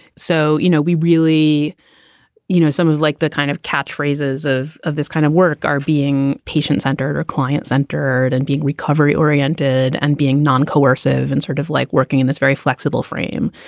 so, you know, we really you know, some of like the kind of catchphrases of of this kind of work are being patient centered or client centered and being recovery oriented and being non-coercive and sort of like working in this very flexible frame.